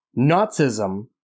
Nazism